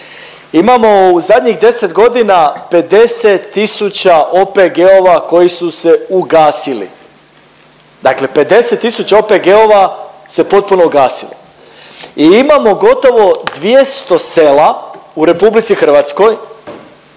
Imamo u zadnjih deset godina 50 tisuća OPG-ova koji su se ugasili, dakle 50 tisuća OPG-ova se potpuno ugasilo i imamo gotovo 200 sela u RH koja